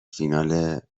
فینال